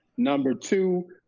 number two,